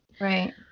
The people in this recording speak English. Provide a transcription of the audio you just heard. right